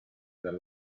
dal